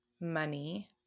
money